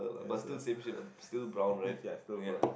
there's a yeah still brown